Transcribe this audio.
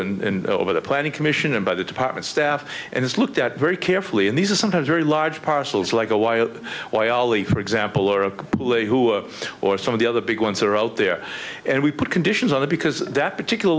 and over the planning commission and by the department staff and it's looked at very carefully and these are sometimes very large parcels like a y a y ali for example or a bully who or some of the other big ones are out there and we put conditions on that because that particular